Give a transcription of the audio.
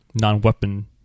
non-weapon